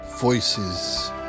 Voices